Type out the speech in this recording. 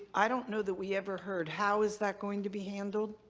i don't know that we ever heard how is that going to be handled?